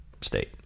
state